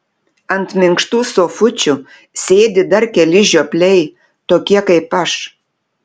ant minkštų sofučių sėdi dar keli žiopliai tokie kaip aš